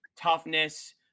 toughness